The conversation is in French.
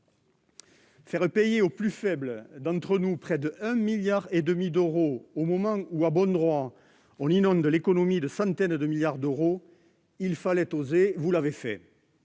Faire payer aux plus faibles d'entre nous près de 1,5 milliard d'euros à un moment où, à bon droit, on inonde l'économie de centaines de milliards d'euros, il fallait oser, et vous l'avez fait